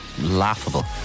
laughable